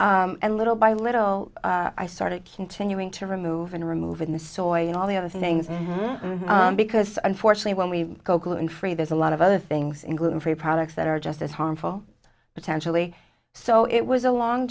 and little by little i started continuing to remove and removing the soil and all the other things because unfortunately when we go gluten free there's a lot of other things in gluten free products that are just as harmful potentially so it was a long